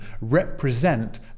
represent